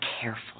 careful